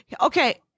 Okay